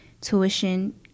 tuition